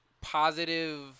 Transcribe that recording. positive